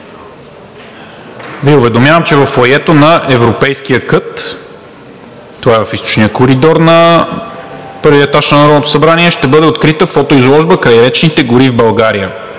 Ви уведомявам, че във фоайето на Европейския кът – това е в източния коридор на първия етаж на Народното събрание, ще бъде открита фотоизложба „Крайречните гори в България“.